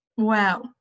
wow